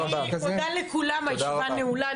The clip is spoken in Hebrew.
אני מודה לכולם, הישיבה נעולה.